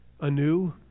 anew